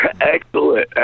excellent